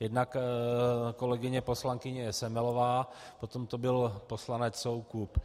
Jednak kolegyně poslankyně Semelová, potom to byl poslanec Soukup.